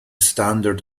standard